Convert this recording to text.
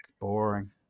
boring